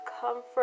comfort